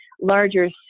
larger